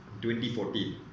2014